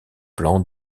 plans